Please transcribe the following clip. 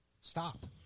Stop